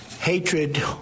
Hatred